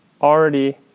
already